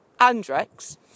andrex